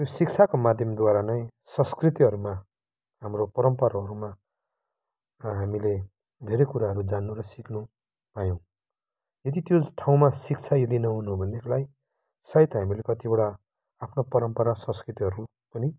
त्यो शिक्षाको माध्यमद्वारा नै संस्कृतिहरूमा हाम्रो परम्पराहरूमा हामीले धेरै कुराहरू जान्नु र सिक्नु पायौँ यदि त्यो ठाउँमा शिक्षा यदि नहुनु हो भनेदेखिलाई सायद हामीले कतिवटा आफ्नो परम्परा संस्कृतिहरू पनि